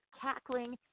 cackling